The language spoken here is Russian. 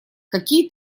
какие